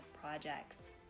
projects